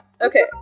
Okay